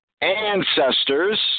ancestors